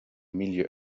milieux